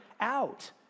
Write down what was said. out